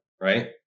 right